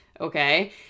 okay